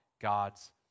God's